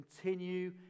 continue